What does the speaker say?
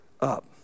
up